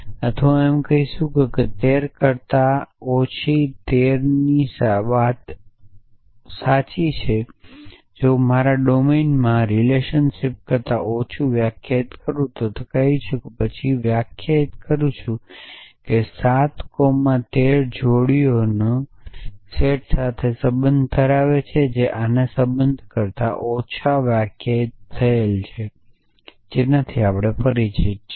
અથવા હું એમ કહી શકું છું કે 13 કરતા ઓછા 13 ની વાત સાચી છે જો મારા ડોમેનમાં હું રિલેશનશિપ કરતા ઓછું વ્યાખ્યાયિત કરું તો કહીએ કે હું પછી વ્યાખ્યાયિત કરું છું 7 કોમા 13 જોડીના સેટ સાથે સંબંધ ધરાવે છે જે આના સંબંધો કરતા ઓછા વ્યાખ્યાયિત કરે છે જેનાથી આપણે પરિચિત છીએ